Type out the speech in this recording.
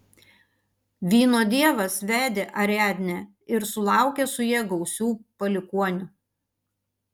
vyno dievas vedė ariadnę ir sulaukė su ja gausių palikuonių